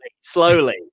slowly